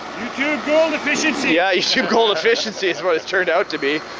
youtube gold efficiency. yeah, youtube gold efficiency is what it's turned out to be.